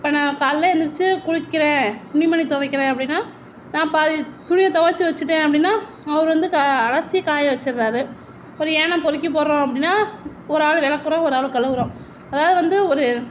இப்போ நான் காலைல எழுந்திரிச்சி குளிக்கிறேன் துணிமணி துவைக்கிறேன் அப்படினா நான் பாதி துணியை துவச்சி வச்சிட்டேன் அப்படினா அவர் வந்து அலசி காய வச்சிடறாரு ஒரு ஏனம் பொருக்கி போடறோம் அப்படினா ஒரு ஆள் விளக்குறோம் ஒரு ஆள் கழுவுகிறோம் அதாவது வந்து ஒரு